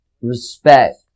respect